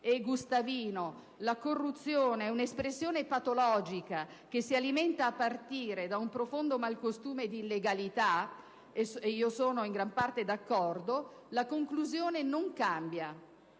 e Gustavino, la corruzione è un'espressione patologica che si alimenta a partire da malcostume ed illegalità radicati - ed io sono in gran parte d'accordo - la conclusione non cambia: